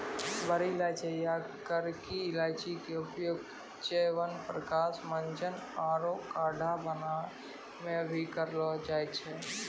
बड़ी इलायची या करकी इलायची के उपयोग च्यवनप्राश, मंजन आरो काढ़ा बनाय मॅ भी करलो जाय छै